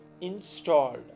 installed